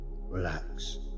relax